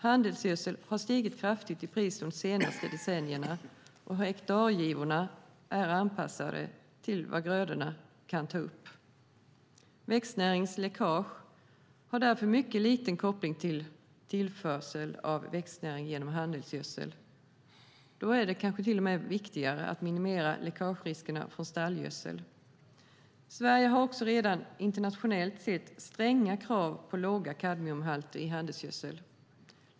Handelsgödsel har stigit kraftigt i pris de senaste decennierna, och hektargivorna är anpassade till vad grödorna kan ta upp. Växtnäringsläckage har därför mycket liten koppling till tillförsel av växtnäring genom handelsgödsel. Då är det kanske till och med viktigare att minimera läckageriskerna från stallgödseln. Sverige har också redan internationellt sett stränga krav på låga kadmiumhalter i handelsgödseln.